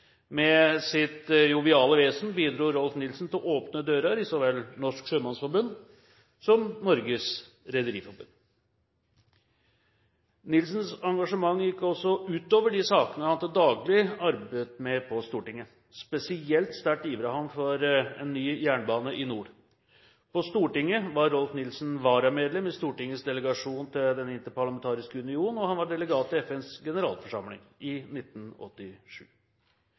Med sitt joviale vesen bidro Rolf Nilssen til å åpne dører i så vel Norsk Sjømannsforbund som Norges Rederiforbund. Nilssens engasjement gikk også utover de sakene han til daglig arbeidet med på Stortinget. Spesielt sterkt ivret han for en ny jernbane i nord. På Stortinget var Rolf Nilssen varamedlem i Stortingets delegasjon til Den Interparlamentariske Union. Han var delegat til FNs generalforsamling i 1987.